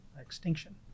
extinction